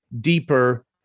deeper